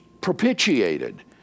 propitiated